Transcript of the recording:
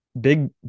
big